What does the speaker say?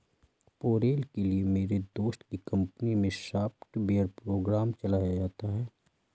payroll के लिए मेरे दोस्त की कंपनी मै सॉफ्टवेयर प्रोग्राम चलाया जाता है